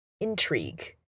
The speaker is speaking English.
intrigue